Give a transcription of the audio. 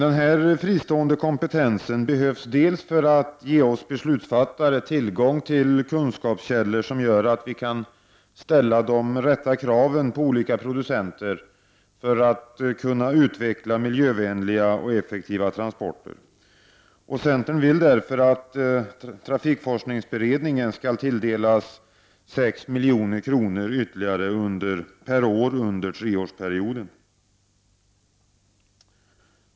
Denna fristående kompetens behövs för att ge oss beslutsfattare tillgång till kunskapskällor som gör att vi kan ställa de rätta kraven på olika producenter för att kunna utveckla miljövänliga och effektiva transporter. Centern vill därför att trafikforskningsberedningen skall tilldelas 6 milj.kr. ytterligare per år under treårsperioden.